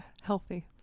Healthy